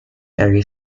very